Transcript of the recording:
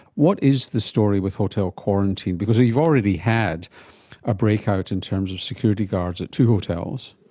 what is the story with hotel quarantine? because you've already had a breakout in terms of security guards at two hotels.